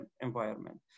environment